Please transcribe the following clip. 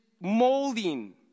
molding